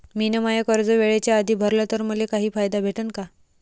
मिन माय कर्ज वेळेच्या आधी भरल तर मले काही फायदा भेटन का?